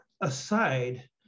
aside